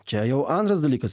čia jau antras dalykas